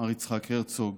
מר יצחק הרצוג,